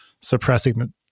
suppressing